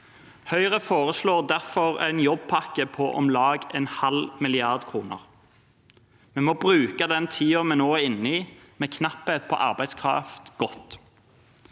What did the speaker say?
Høyre foreslår derfor en jobbpakke på om lag en halv milliard kroner. Den tiden vi nå inne i, med knapphet på arbeidskraft,